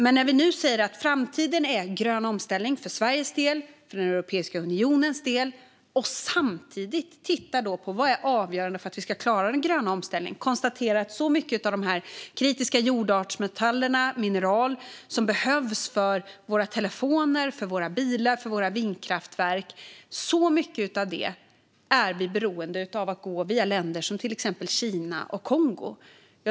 Men när regeringen nu säger att grön omställning är framtiden för Sveriges och Europeiska unionens del, och samtidigt tittar på vad som är avgörande för att klara den, konstaterar vi också att när det gäller de kritiska jordartsmetallerna - mineral som behövs i telefoner, bilar och vindkraftverk - är Sverige beroende av att gå via länder som till exempel Kina och Kongo.